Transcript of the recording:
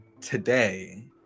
today